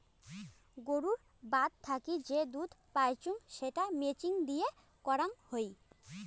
গুরুর বাত থাকি যে দুধ পাইচুঙ সেটা মেচিন দিয়ে করাং হই